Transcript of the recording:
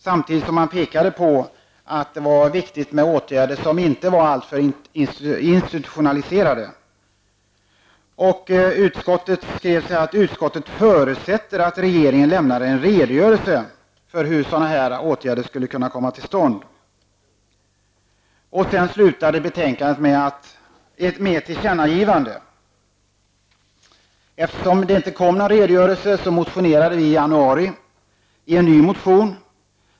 Samtidigt menade utskottet att det var viktigt med åtgärder som inte var alltför institutionaliserade. Vidare förutsatte utskottet att regeringen skulle lämna en redogörelse för hur sådana åtgärder skulle kunna komma till stånd. Sedan uttalade utskottet att detta borde ges regeringen till känna. Eftersom det inte kom någon redogörelse väckte vi i januari i år en ny motion.